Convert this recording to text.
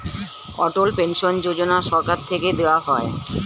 অটল pension Yojana সরকার থেকে দেওয়া হয়